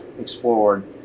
explored